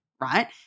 right